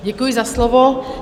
Děkuji za slovo.